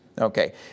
Okay